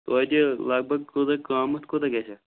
توتہِ لگ بگ کوٗتاہ قۭمَتھ کوٗتاہ گَژھِ اَتھ